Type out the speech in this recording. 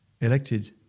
elected